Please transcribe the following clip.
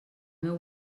meu